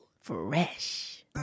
Fresh